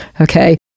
okay